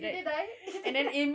did they die